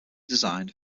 designed